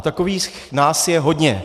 Takových nás je hodně.